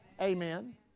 Amen